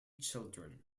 children